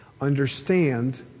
understand